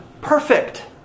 perfect